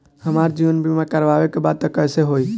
हमार जीवन बीमा करवावे के बा त कैसे होई?